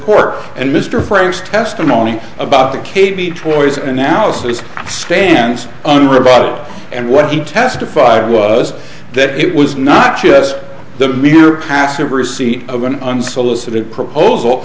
court and mr franks testimony about the k b toys analysis stands on rebuttal and what he testified was that it was not just the mere passive receipt of an unsolicited proposal